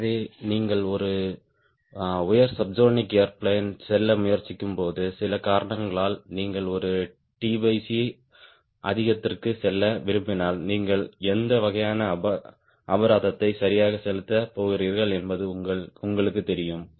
எனவே நீங்கள் ஒரு ஹை சப்ஸோனிக் ஏர்பிளேன் செல்ல முயற்சிக்கும்போது சில காரணங்களால் நீங்கள் ஒரு அதிகத்திற்கு செல்ல விரும்பினால் நீங்கள் எந்த வகையான அபராதத்தை சரியாக செலுத்தப் போகிறீர்கள் என்பது உங்களுக்குத் தெரியும்